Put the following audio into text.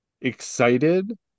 excited